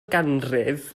ganrif